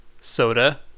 soda